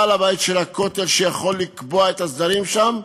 בעל-הבית של הכותל, שיכול לקבוע את הסדרים שם,